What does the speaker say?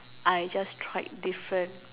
I just tried different